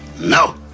No